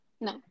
No